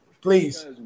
please